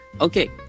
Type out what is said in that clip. okay